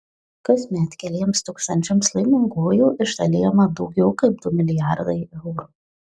kasmet keliems tūkstančiams laimingųjų išdalijama daugiau kaip du milijardai eurų